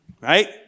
right